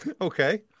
Okay